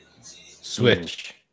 switch